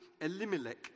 Elimelech